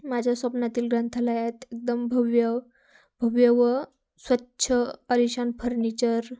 माझ्या स्वप्नातील ग्रंथालयात एकदम भव्य भव्य व स्वच्छ आलिशान फर्निचर